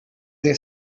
they